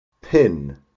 PIN